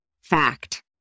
FACT